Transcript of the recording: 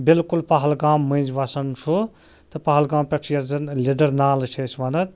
بِلکُل پہلگام مٔنٛزۍ وَسان چھُ تہٕ پَہلگام پٮ۪ٹھ چھِ یَتھ زَن لیٚدٕر نالہٕ چھِ أسۍ وَنان